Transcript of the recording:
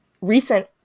recent